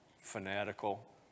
Fanatical